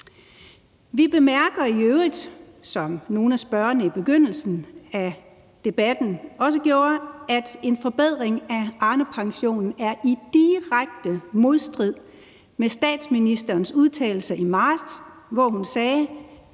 Vi bemærker i øvrigt, som nogle af spørgerne i begyndelsen af debatten også gjorde, at en forbedring af Arnepensionen er i direkte modstrid med statsministerens udtalelse i marts, hvor hun sagde